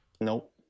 Nope